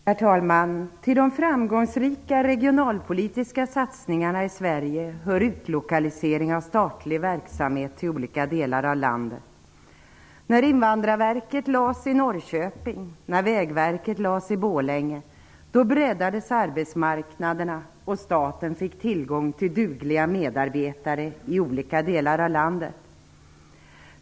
Herr talman! Till de framgångsrika regionalpolitiska satsningarna i Sverige hör utlokaliseringen av statlig verksamhet till olika delar av landet. När Invandrarverket förlades i Norrköping och Vägverket förlades i Borlänge breddades arbetsmarknaderna, och staten fick tillgång till dugliga medarbetare i olika delar av landet.